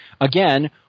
again